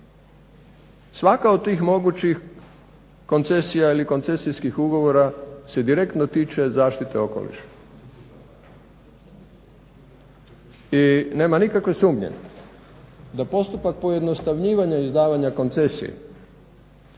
svaka od tih mogućih koncesija ili koncesijskih ugovora se direktno tiče zaštite okoliša. I nema nikakve sumnje da postupak pojednostavljivanja izdavanja koncesije